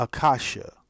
Akasha